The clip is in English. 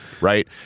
Right